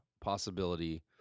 possibility